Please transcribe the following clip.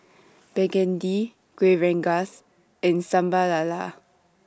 Begedil Kueh Rengas and Sambal Lala